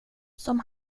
som